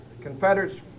Confederates